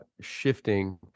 shifting